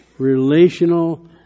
Relational